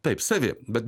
taip savi bet